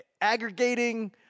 Aggregating